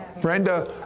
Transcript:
Brenda